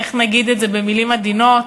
איך נגיד את זה במילים עדינות,